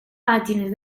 pàgines